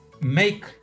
make